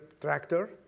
tractor